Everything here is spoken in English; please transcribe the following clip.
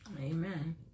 Amen